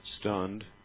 stunned